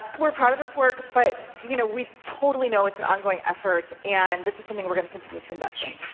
we're proud of this work, but you know we totally know it's an ongoing effort. and this is something we're going to continue to invest in.